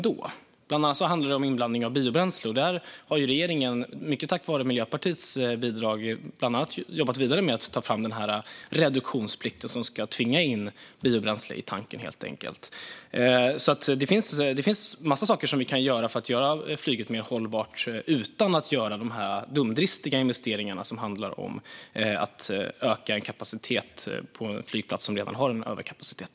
Det handlar bland annat om inblandning av biobränsle. Där har regeringen, mycket tack vare Miljöpartiets bidrag, jobbat med att ta fram reduktionsplikten, som ska tvinga in biobränsle i tanken. Det finns en massa saker som vi kan göra för att få flyget mer hållbart utan att göra de dumdristiga investeringar som handlar om att öka kapaciteten på en flygplats som redan har överkapacitet.